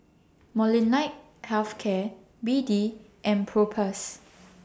Molnylcke Health Care B D and Propass